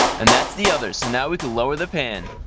and that's the other. so now we can lower the pan.